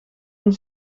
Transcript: een